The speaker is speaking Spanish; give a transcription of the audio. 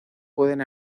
pueden